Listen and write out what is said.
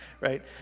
right